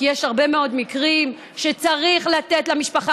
כי יש הרבה מאוד מקרים שצריך לתת למשפחה